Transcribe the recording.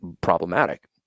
problematic